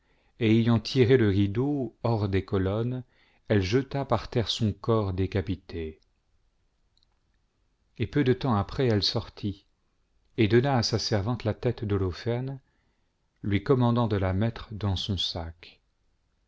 et ayant tiré le rideau hors des colonnes elle jeta par terre son corps décapité et peu de temps après elle sortit et donna à sa servante la tête d'holoferne lui commandant de la mettre dans son sac